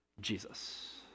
Jesus